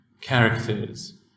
characters